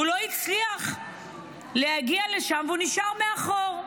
הוא לא הצליח להגיע לשם, והוא נשאר מאחור.